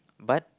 but